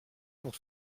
pour